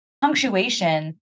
punctuation